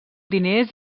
diners